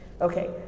Okay